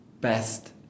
best